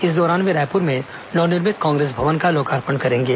इस दौरान वे रायपुर में नवनिर्मित कांग्रेस भवन का लोकार्पण करेंगे